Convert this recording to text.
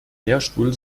lehrstuhl